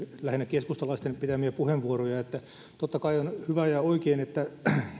lähinnä keskustalaisten pitämiä puheenvuoroja että totta kai on hyvä ja oikein että